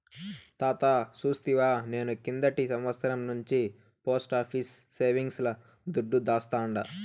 తాతా సూస్తివా, నేను కిందటి సంవత్సరం నుంచే పోస్టాఫీసు సేవింగ్స్ ల దుడ్డు దాస్తాండా